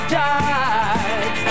died